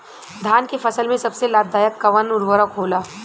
धान के फसल में सबसे लाभ दायक कवन उर्वरक होला?